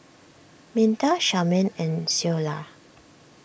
Minta Charmaine and Ceola